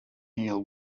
heal